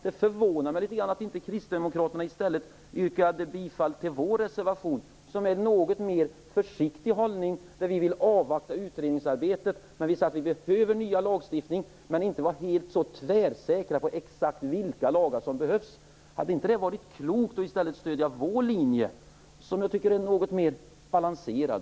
Det förvånar mig litet att inte Kristdemokraterna i stället yrkade bifall till vår reservation, där vi intar en något mer försiktig hållning och vill avvakta utredningsarbetet. Vi säger också att vi behöver en ny lagstiftning, men vi är inte så tvärsäkra på exakt vilka lagar som behövs. Hade det inte varit klokt att stödja vår linje, som i mitt tycke är något mer balanserad?